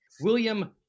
William